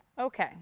Okay